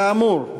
כאמור,